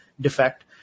defect